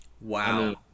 Wow